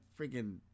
Freaking